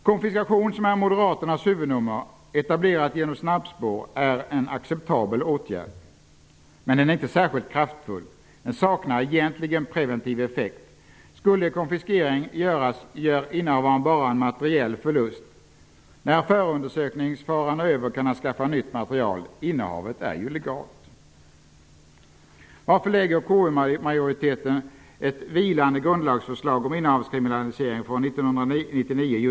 Konfiskationen, som är moderaternas huvudnummer -- etablerat genom snabbspår -- är en acceptabel åtgärd. Men den är inte särskilt kraftfull. Den saknar egentligen preventiv effekt. Skulle konfiskering ske gör innehavaren bara en materiell förlust. När förundersökningsfaran är över kan han skaffa nytt material. Innehavet är ju legalt. Varför lägger KU-majoriteten just nu fram ett förslag till vilande grundlagsändring om innehavskriminalisering från 1999?